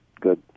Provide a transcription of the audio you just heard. good